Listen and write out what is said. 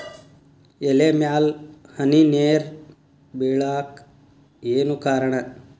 ಎಲೆ ಮ್ಯಾಲ್ ಹನಿ ನೇರ್ ಬಿಳಾಕ್ ಏನು ಕಾರಣ?